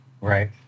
Right